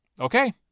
okay